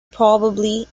probably